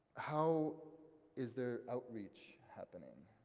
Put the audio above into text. how is there outreach happening?